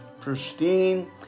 pristine